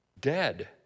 dead